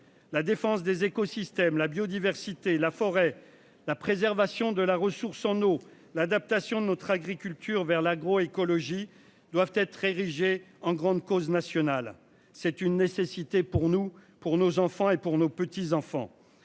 la défense des écosystèmes la biodiversité la forêt la préservation de la ressource en eau. L'adaptation de notre agriculture vers l'agroécologie. Doivent être érigée en grande cause nationale, c'est une nécessité pour nous, pour nos enfants et pour nos petits enfants